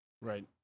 right